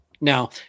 Now